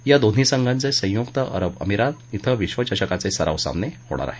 या दोन्ही संघांचे संयुक्त अरब अमिरात क्वें विश्वचषकाचे सराव सामने होणार आहेत